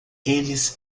eles